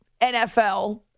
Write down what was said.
NFL